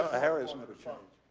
ah harris never changed.